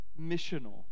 missional